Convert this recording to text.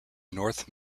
north